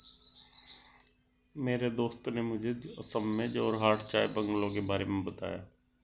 मेरे दोस्त ने मुझे असम में जोरहाट चाय बंगलों के बारे में बताया